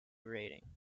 rating